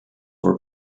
were